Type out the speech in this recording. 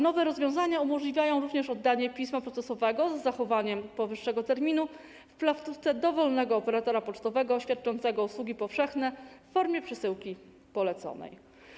Nowe rozwiązania umożliwiają również oddanie pisma procesowego, z zachowaniem powyższego terminu, w placówce dowolnego operatora pocztowego świadczącego usługi powszechne - w formie przesyłki poleconej.